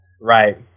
right